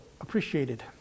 appreciated